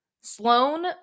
Sloane